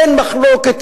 אין מחלוקת,